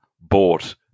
bought